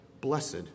blessed